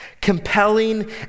compelling